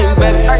baby